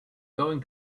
going